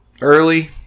early